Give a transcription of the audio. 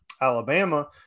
Alabama